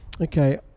okay